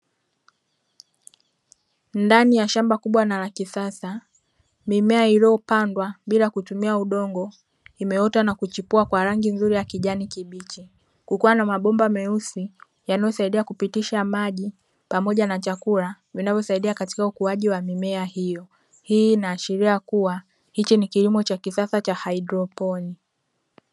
Ndani ya shamba kubwa na la kisasa mimea iliyopandwa bila kutumia udongo imeota na kuchipua kwa rangi nzuri ya kijani kibichi. kukuwa na mabomba meusi yanayosaidia kupitisha maji pamoja na chakula vinavyosaidia katika ukuaji wa mimea hiyo, hii inaashiria kuwa hichi ni kilimo cha kisasa cha haidroponi.